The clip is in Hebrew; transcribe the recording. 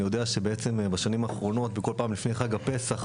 אני יודע שבעצם בשנים האחרונות וכל פעם לפני חג הפסח,